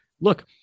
Look